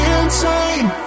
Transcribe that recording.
insane